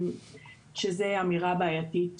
שזו אמירה בעייתית.